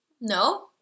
No